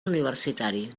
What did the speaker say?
universitari